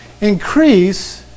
increase